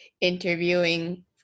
interviewing